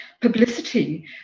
publicity